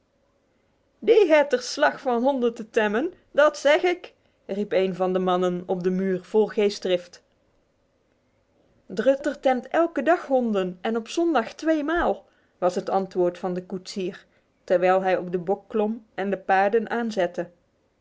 hèt er slag van honden te temmen dat zeg ik riep een van de mannen op de muur vol geestdrift druther temt elke dag honden en op zondag tweemaal was het antwoord van den koetsier terwijl hij op de bok klom en de paarden aanzette